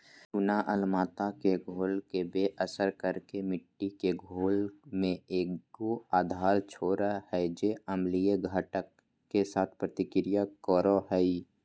चूना अम्लता के घोल के बेअसर कर के मिट्टी के घोल में एगो आधार छोड़ हइ जे अम्लीय घटक, के साथ प्रतिक्रिया करो हइ